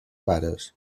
pares